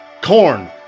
corn